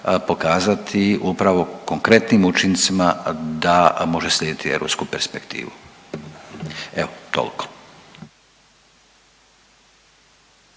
pokazati upravo konkretnim učincima da može slijediti europsku perspektivu. Evo, toliko.